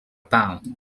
pound